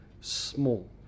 small